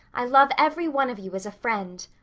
i love every one of you as a friend.